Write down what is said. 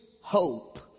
hope